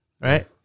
Right